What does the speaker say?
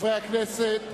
חברי הכנסת,